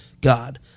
God